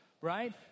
right